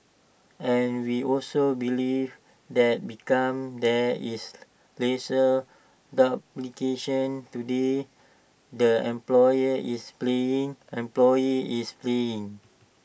and we also believe that become there is lesser duplication today the employer is paying employee is paying